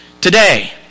today